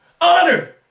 Honor